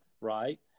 right